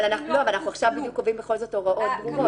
אבל אנחנו עכשיו בדיוק קובעים בכל זאת הוראות ברורות.